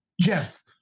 Jeff